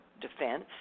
defense